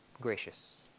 gracious